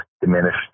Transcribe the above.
diminished